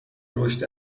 رشد